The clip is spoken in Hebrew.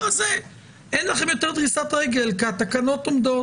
הזה אין לכם יותר דריסת רגל כי התקנות עומדות,